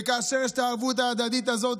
וכאשר יש את הערבות ההדדית הזאת,